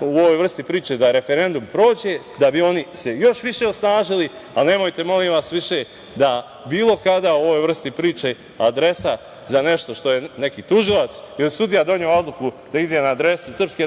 u ovoj vrsti priče da referendum prođe, da bi se oni još više osnažili, ali nemojte, molim vas, više da bilo kada o ovoj vrsti priče adresa za nešto što je neki tužilac ili sudija doneo odluku da ide na adresu SNS